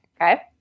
okay